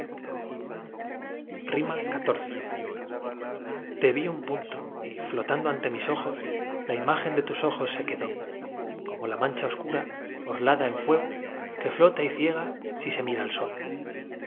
xiv te vi un punto y flotando ante mis ojos la imagen de tus ojos se quedó como la mancha oscura orlada en fuego que flota y ciega si se mira al sol